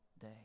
day